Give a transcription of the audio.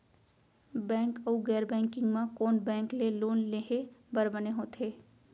Bank अऊ गैर banking म कोन बैंक ले लोन लेहे बर बने होथे?